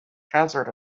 hazard